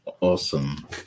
Awesome